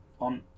on